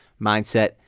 mindset